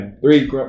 three